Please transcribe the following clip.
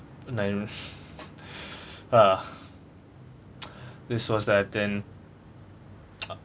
uh this was that in